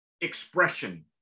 expression